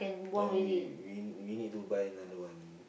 no we we need we need to buy another one